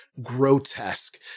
grotesque